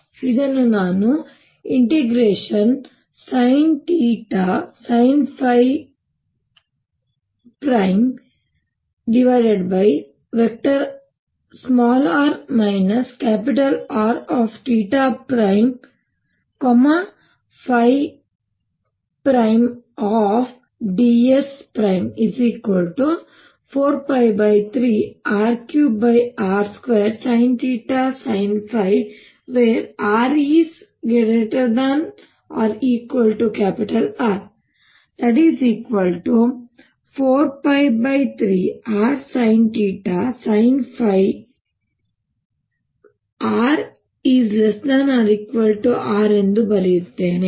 ಇದನ್ನು ನಾನು sinsinϕ|r R|ds 4π3R3r2sinθsinϕ r≥R 4π3rsinθsinϕ r≤R ಎಂದು ಬರೆಯುತ್ತೇನೆ